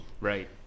Right